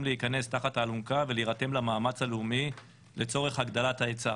להיכנס תחת האלונקה ולהיתרם למאמץ הלאומי לצורך הגדלת ההיצע.